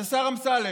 אז השר אמסלם,